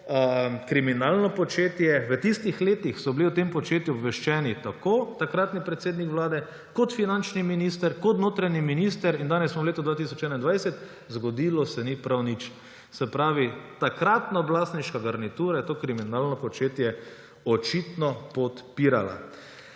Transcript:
kriminalno početje. V tistih letih so bili o tem početju obveščeni tako takratni predsednik Vlade, finančni minister kot notranji minister, danes smo v letu 2021 in zgodilo se ni prav nič. Se pravi, takratna oblastniška garnitura je to kriminalno početje očitno podpirala.